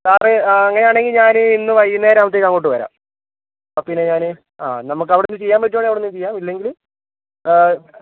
സാറേ അങ്ങനെയാണെങ്കിൽ ഞാൻ ഇന്ന് വൈകുന്നേരം ആകുമ്പോഴത്തേക്ക് അങ്ങോട്ട് വരാം പപ്പീനെ ഞാൻ നമുക്കവിടുന്ന് ചെയ്യാൻ പറ്റുകയാണെങ്കിൽ അവിടെ നിന്ന് ചെയ്യാം ഇല്ലെങ്കിൽ